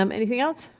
um anything else?